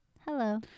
Hello